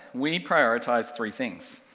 we prioritize three things,